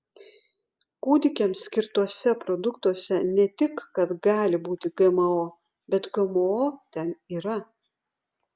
kūdikiams skirtuose produktuose ne tik kad gali būti gmo bet gmo ten yra